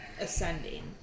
ascending